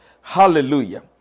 Hallelujah